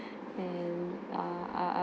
and err I I'll